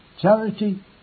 Charity